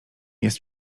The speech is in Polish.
jest